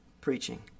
preaching